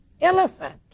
elephant